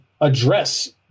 address